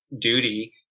duty